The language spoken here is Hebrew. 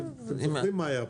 אתם זוכרים מה היה פה.